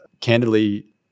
candidly